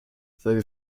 seine